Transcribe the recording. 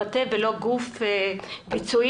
מטה ולא גוף ביצועי,